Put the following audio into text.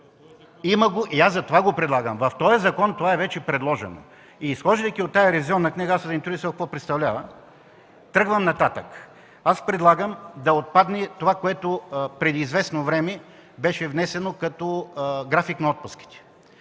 го и затова го предлагам. В този закон то вече е предложено. Изхождайки от ревизионната книга – беше ми интересно какво представлява, тръгвам нататък. Предлагам да отпадне това, което преди известно време беше внесено, като график на отпуските.